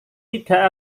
tidak